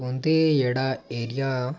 उंदे जेह्ड़ा एरिया